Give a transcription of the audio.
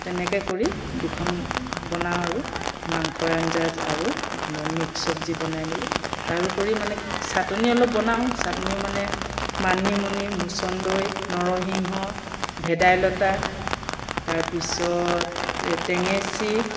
তেনেকৈ কৰি দুখন বনাওঁ আৰু মাংসৰ আঞ্জা আৰু মিক্স চবজি বনাই মেলি তাৰোপৰি মানে ছাটনি অলপ বনাওঁ ছাটনি মানে মানিমুনি মুচনদৈ নৰসিংহ ভেদাইলতা তাৰপিছত টেঙেছি